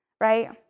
right